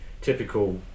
typical